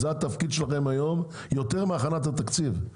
זה התפקיד שלכם היום יותר מהכנת התקציב.